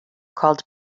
called